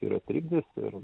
yra trikdis ir